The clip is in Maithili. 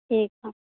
ठीक हंँ